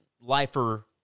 lifer